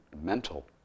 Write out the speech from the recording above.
mental